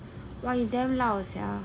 !wah! you damn loud sia